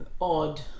odd